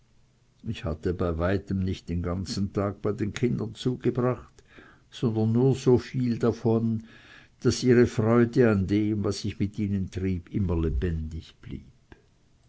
ich hatte bei weitem nicht den ganzen tag bei den kindern zugebracht sondern nur soviel davon daß ihre freude an dem was ich mit ihnen trieb immer lebendig blieb